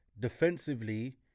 defensively